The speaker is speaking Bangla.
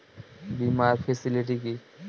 বীমার ফেসিলিটি কি?